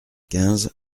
quinze